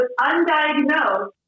undiagnosed